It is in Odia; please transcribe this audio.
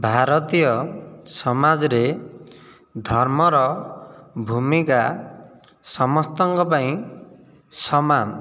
ଭାରତୀୟ ସମାଜରେ ଧର୍ମର ଭୂମିକା ସମସ୍ତଙ୍କ ପାଇଁ ସମାନ